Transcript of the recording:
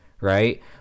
right